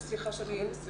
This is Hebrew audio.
סליחה.